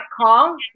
call